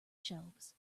shelves